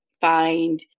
find